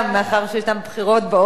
מאחר שישנן בחירות באופק,